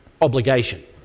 obligation